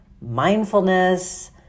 mindfulness